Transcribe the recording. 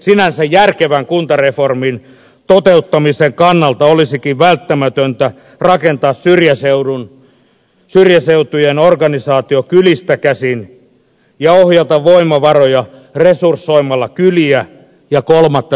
sinänsä järkevän kuntareformin toteuttamisen kannalta olisikin välttämätöntä rakentaa syrjäseutujen organisaatio kylistä käsin ja ohjata voimavaroja resursoimalla kyliä ja kolmatta sektoria